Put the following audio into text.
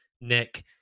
Nick